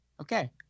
Okay